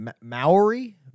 Maori